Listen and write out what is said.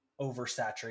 oversaturated